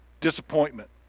disappointment